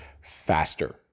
faster